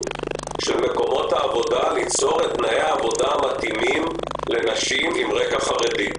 של מקומות העבודה ליצור תנאי עבודה מתאימים לנשים עם רקע חרדי,